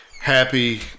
happy